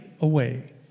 away